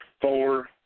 four